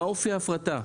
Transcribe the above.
מה אופי ההפרטה?